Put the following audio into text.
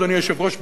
אדוני היושב-ראש,